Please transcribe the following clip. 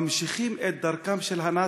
ממשיכים את דרכם של הנאצים.